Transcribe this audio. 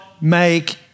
make